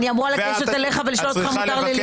אני רוצה שתתנהגי כמו --- יש נוהג בבית הזה.